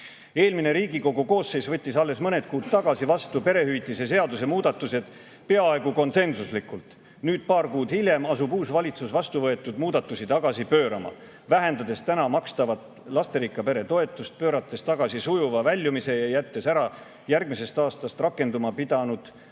Eelmine Riigikogu koosseis võttis alles mõned kuud tagasi perehüvitiste seaduse muudatused vastu peaaegu konsensuslikult. Nüüd, paar kuud hiljem, asub uus valitsus vastu võetud muudatusi tagasi pöörama, vähendades täna makstavat lasterikka pere toetust, pöörates tagasi sujuva väljumise ja jättes ära järgmisest aastast rakenduma pidanud